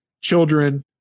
children